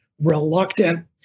reluctant